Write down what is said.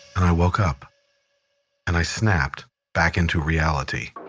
and i woke up and i snapped back into reality.